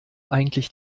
eigentlich